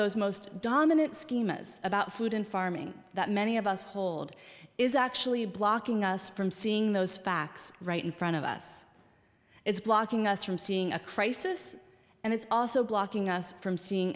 those most dominant schemas about food and farming that many of us hold is actually blocking us from seeing those facts right in front of us it's blocking us from seeing a crisis and it's also blocking us from seeing